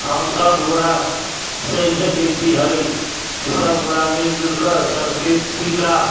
हमसब गोरासँ इहे विनती है की सब गोरा मिलजुल कर संस्कृति का